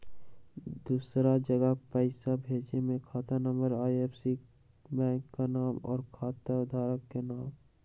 दूसरा जगह पईसा भेजे में खाता नं, आई.एफ.एस.सी, बैंक के नाम, और खाता धारक के नाम?